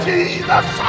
Jesus